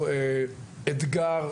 את מל"ג,